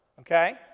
Okay